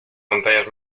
montañas